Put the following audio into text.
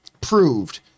proved